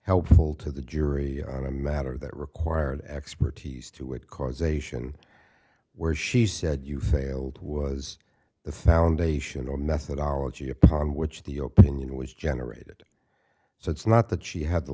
helpful to the jury on a matter that required expertise to it causation where she said you failed was the foundation or methodology upon which the open unit was generated so it's not that she had the